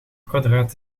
kwadraat